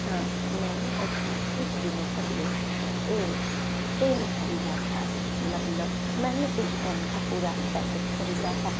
हाँ मैंने अभी कुछ दिनों पहले एक पेन खरीदा था मतलब मैंने उस पेन का पूरा पैकेट खरीदा था